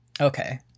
Okay